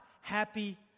happy